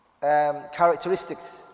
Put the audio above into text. characteristics